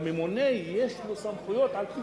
לממונה יש סמכויות, על-פי חוק, להתערב.